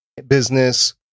Business